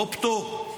לא פטור,